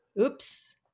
oops